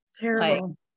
Terrible